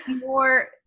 more